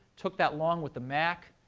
took that long with the mac.